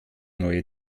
neue